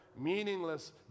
meaningless